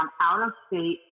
out-of-state